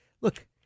look